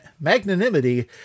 magnanimity